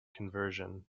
conversion